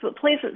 Please